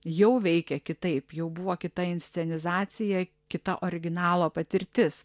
jau veikia kitaip jau buvo kita inscenizacija kita originalo patirtis